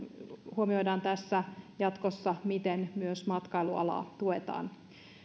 huomioidaan tässä jatkossa miten myös matkailualaa tuetaan